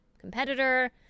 competitor